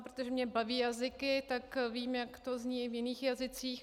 Protože mě baví jazyky, tak vím, jak to zní v jiných jazycích.